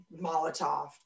Molotov